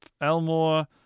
Elmore